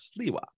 Sliwa